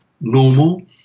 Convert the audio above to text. normal